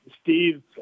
Steve